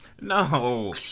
No